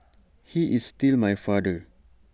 he is still my father